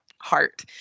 heart